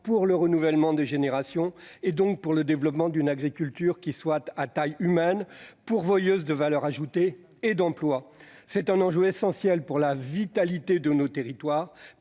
pour le renouvellement des générations, donc pour le développement d'une agriculture à taille humaine, pourvoyeuse de valeur ajoutée et d'emplois. Il y a là un enjeu essentiel pour la vitalité de nos territoires